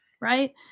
right